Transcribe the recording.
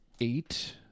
eight